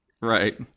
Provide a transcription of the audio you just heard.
Right